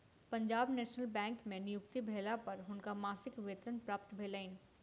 Punjab national bank में नियुक्ति भेला पर हुनका मासिक वेतन प्राप्त भेलैन